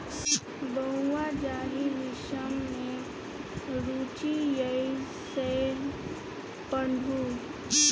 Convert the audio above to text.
बौंआ जाहि विषम मे रुचि यै सैह पढ़ु